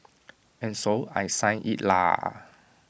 and so I signed IT lah